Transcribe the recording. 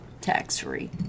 tax-free